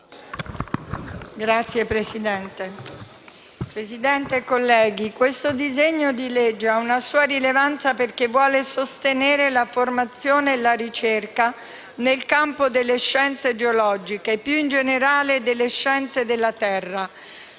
*(M5S)*. Signor Presidente, colleghi, questo disegno di legge ha una sua rilevanza, perché vuole sostenere la formazione e la ricerca nel campo delle scienze geologiche, e più in generale delle scienze della Terra,